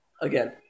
Again